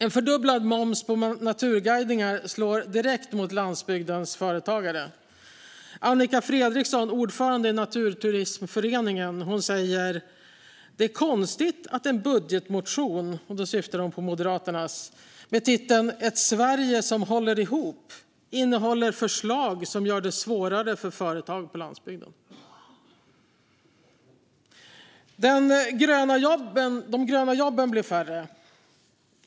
En fördubblad moms på naturguidningar slår direkt mot landsbygdens företagare. Annika Fredriksson, ordförande i Naturturismföretagen, säger: Det är konstigt att en budgetmotion - då syftar hon på Moderaternas - med titeln "Sverige ska hålla ihop" innehåller förslag som gör det svårare för företag på landsbygden. De gröna jobben blir färre.